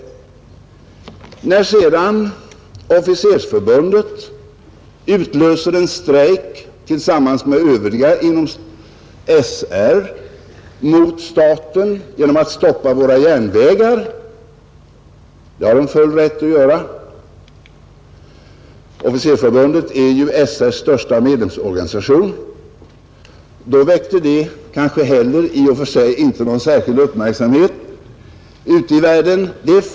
När sedan Officersförbundet — som ju är SR:s största medlem — tillsammans med övriga inom SR utlöste en strejk mot staten genom att stoppa våra järnvägar, vilket man hade full rätt att göra, väckte det kanske inte heller i och för sig någon särskild uppmärksamhet ute i världen.